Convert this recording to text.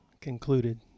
concluded